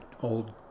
old